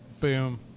Boom